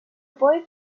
boy